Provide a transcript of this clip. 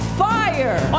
fire